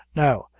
now,